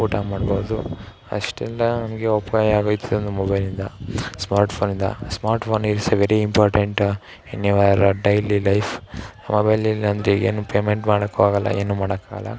ಊಟ ಮಾಡ್ಬೌದು ಅಷ್ಟೆಲ್ಲ ನಮಗೆ ಉಪಯೋಗ ಆಗೈತೆ ಒಂದು ಮೊಬೈಲಿಂದ ಸ್ಮಾರ್ಟ್ ಫೋನಿಂದ smart phone is a very important in your daily life mobile ಇಲ್ಲ ಅಂದರೆ ಈಗ ಏನು ಪೇಮೆಂಟ್ ಮಾಡೋಕು ಆಗೋಲ್ಲ ಏನೂ ಮಾಡೋಕಾಗಲ್ಲ